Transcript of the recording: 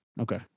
Okay